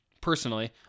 personally